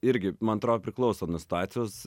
irgi man atrodo priklauso nuo situacijos